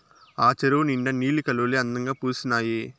ఆ చెరువు నిండా నీలి కలవులే అందంగా పూసీనాయి